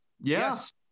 Yes